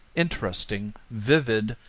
interesting, vivid,